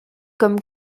comme